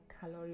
calorie